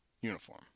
uniform